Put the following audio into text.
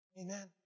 Amen